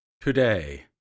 Today